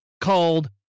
called